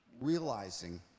realizing